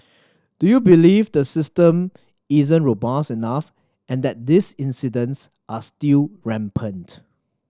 do you believe the system isn't robust enough and that these incidents are still rampant